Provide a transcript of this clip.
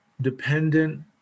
dependent